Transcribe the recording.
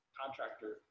contractor